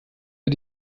wir